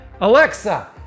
Alexa